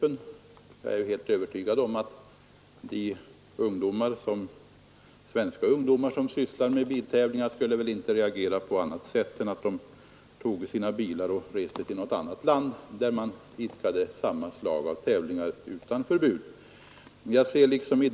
Men jag är helt övertygad om att de svenska ungdomar som sysslar med biltävlingar inte skulle reagera på annat sätt än att de tog sina bilar och åkte till ett land där man inte hade förbud.